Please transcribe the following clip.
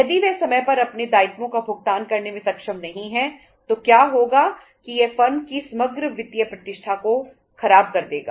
यदि वे समय पर अपने दायित्वों का भुगतान करने में सक्षम नहीं हैं तो क्या होगा कि यह फर्म की समग्र वित्तीय प्रतिष्ठा को खराब कर देगा